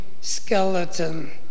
skeleton